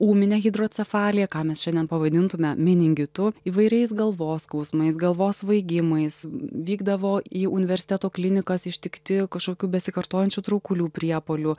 ūmine hidrocefalija ką mes šiandien pavadintume meningitu įvairiais galvos skausmais galvos svaigimais vykdavo į universiteto klinikas ištikti kažkokių besikartojančių traukulių priepuolių